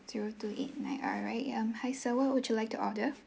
zero two eight nine alright um hi sir what would you like to order